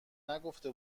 نگفته